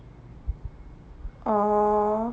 oh